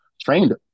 trained